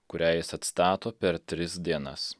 kurią jis atstato per tris dienas